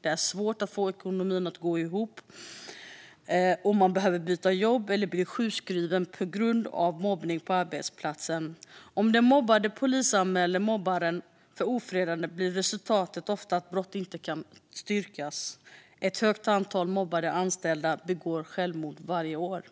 Det är svårt att få ekonomin att gå ihop om man behöver byta jobb eller blir sjukskriven på grund av mobbning på arbetsplatsen. Om den mobbade polisanmäler mobbaren för ofredande blir resultatet ofta att brott inte kan styrkas. Och ett stort antal mobbade anställda begår självmord varje år.